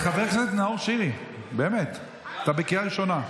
חבר הכנסת נאור שירי, באמת, אתה בקריאה ראשונה.